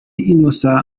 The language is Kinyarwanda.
innocent